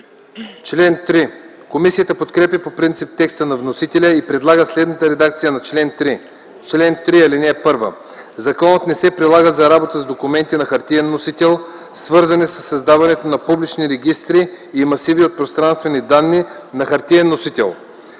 ВЪЛКОВ: Комисията подкрепя по принцип текста на вносителя и предлага следната редакция на чл. 3: „Чл. 3. (1) Законът не се прилага за работа с документи на хартиен носител, свързани със създаването на публични регистри и масиви от пространствени данни на хартиен носител.